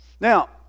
Now